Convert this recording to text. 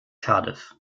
cardiff